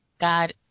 God